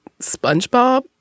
Spongebob